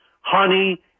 honey